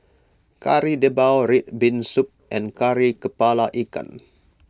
Kari Debal Red Bean Soup and Kari Kepala Ikan